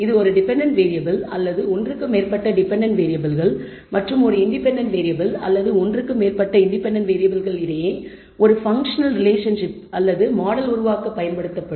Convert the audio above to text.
இது ஒரு dependent variable அல்லது ஒன்றுக்கு மேற்பட்ட டெபென்டென்ட் வேறியபிள்கள் மற்றும் ஒரு இன்டெபென்டென்ட் வேறியபிள் அல்லது ஒன்றுக்கு மேற்பட்ட இன்டெபென்டென்ட் வேறியபிள்கள் இடையே ஒரு பன்க்ஷனல் ரிலேஷன்ஷிப் அல்லது மாடல் உருவாக்க பயன்படுத்தப்படும்